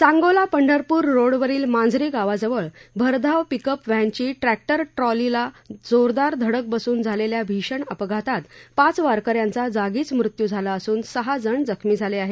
सांगोला पंढरपूर रोडवरील मांजरी गावाजवळ भरधाव पिकअप व्हॅनची ट्रॅक्टर ट्रॉलीला जोरदार धडक बसून झालेल्या भीषण अपघातात पाच वारकऱ्यांचा जागीच मृत्यू झाला असून सहाजण जखमी झाले आहेत